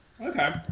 Okay